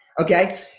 okay